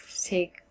take